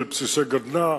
בסיסי גדנ"ע,